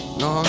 no